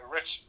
Rich